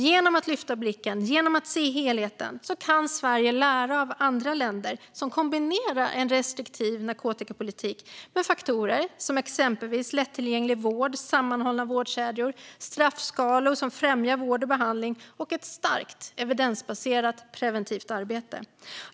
Genom att lyfta blicken och se helheten kan Sverige lära av andra länder som kombinerar en restriktiv narkotikapolitik med faktorer som exempelvis lättillgänglig vård, sammanhållna vårdkedjor, straffskalor som främjar vård och behandling och ett starkt evidensbaserat preventivt arbete.